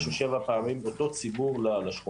או שבע פעמים את אותו ציבור לשכונה,